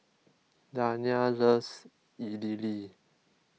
Dania loves Idili